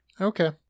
Okay